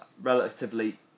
relatively